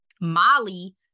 Molly